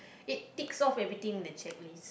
it ticks off everything in the checklist